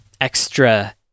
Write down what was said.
extra